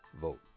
Vote